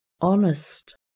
honest